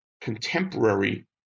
contemporary